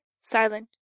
silent